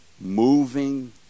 moving